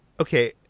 Okay